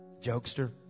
Jokester